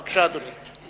בבקשה, אדוני.